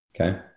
okay